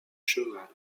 cheval